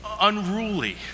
unruly